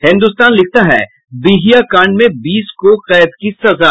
हिन्दुस्तान लिखता है बिहियां कांड में बीस को कैद की सजा